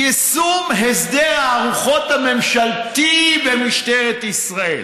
יישום הסדר הארוחות הממשלתי במשטרת ישראל,